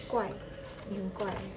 怪你很怪